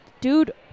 Dude